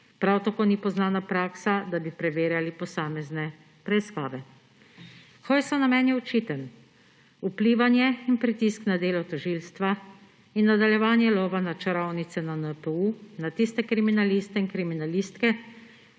Prav tako ni poznana praksa, da bi preverjali posamezne preiskave. Hojsov namen je očiten, vplivanje in pritisk na delo tožilstva in nadaljevanje lova na čarovnice na NPU, na tiste kriminaliste in kriminalistke,